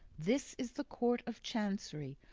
this is the court of chancery,